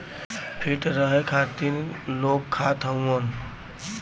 feet रहे खातिर लोग खात हउअन